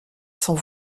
sans